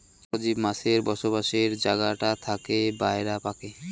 পরজীব মাছের বসবাসের জাগাটা থাকে বায়রা পাকে